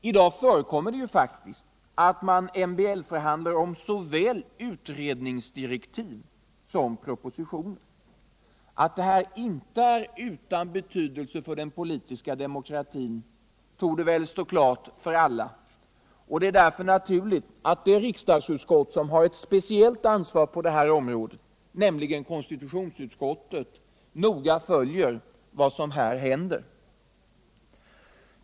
I dag förekommer det faktiskt att man MBL-förhandlar om såväl utredningsdirektiv som propositioner. Att detta inte är utan betydelse för den politiska demokratin torde stå klart för alla, och det är därför naturligt att det riksdagsutskott som har ett speciellt ansvar på detta område, nämligen konstitutionsutskottet, noga följer vad som här händer.